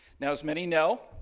now, as many know,